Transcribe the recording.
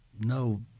no